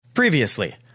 Previously